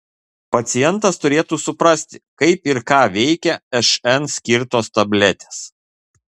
pacientas turėtų suprasti kaip ir ką veikia šn skirtos tabletės